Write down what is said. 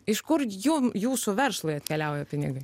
iš kur jum jūsų verslui atkeliauja pinigai